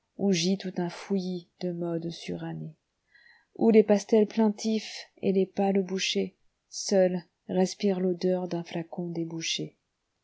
tout un fouillis de modes surannées où les pastels plaintifs et les pales boucher seuls respirent l'odeur d'un flacon